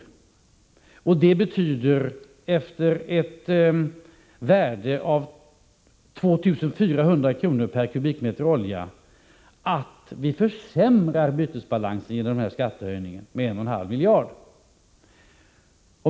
Och det innebär, efter ett värde av 2 400 kr. per kubikmeter olja, att vi genom denna skattehöjning försämrar bytesbalansen med 1,5 miljarder.